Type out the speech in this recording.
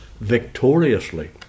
victoriously